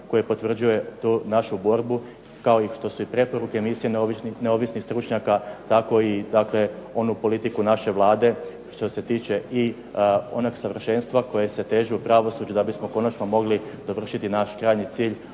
koji potvrđuje tu našu borbu, kao što su i preporuke Misije neovisnih stručnjaka tako i onu politiku naše Vlade što se tiče i onog savršenstva kojem se teži u pravosuđu da bismo konačno mogli dovršiti naš krajnji cilj,